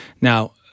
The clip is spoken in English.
Now